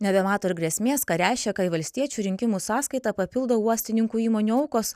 nebemato ir grėsmės ką reiškia kai valstiečių rinkimų sąskaitą papildo uostininkų įmonių aukos